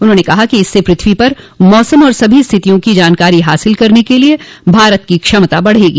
उन्होंने कहा कि इससे पृथ्वी पर मौसम और सभी स्थितियों की जानकारी हासिल करने के लिए भारत की क्षमता बढ़ेगी